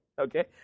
Okay